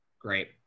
Great